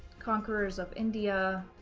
conquerors of india,